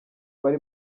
bari